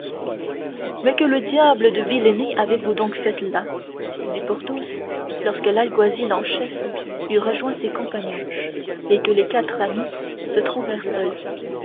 mais quelle diable de vilenie avez-vous donc faite là dit porthos lorsque l'alguazil en chef eut rejoint ses compagnons et que les quatre amis se retrouvèrent seuls